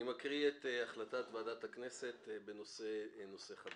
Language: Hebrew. אני מקריא את החלטת ועדת הכנסת לגבי הנושא החדש.